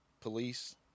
Police